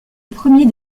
premier